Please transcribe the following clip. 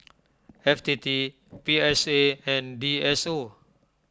F T T P S A and D S O